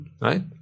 right